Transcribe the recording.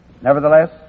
Nevertheless